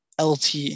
LT